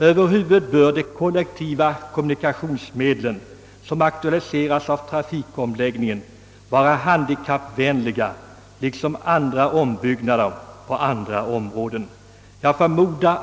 Över huvud taget bör de kollektiva kommunikationsmedel som aktualiserades av trafikomläggningen vara handikappvänliga liksom ombyggnader på andra områden.